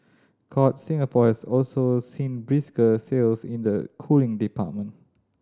courts Singapore has also seen brisker sales in the cooling department